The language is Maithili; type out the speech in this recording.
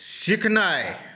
सिखनाइ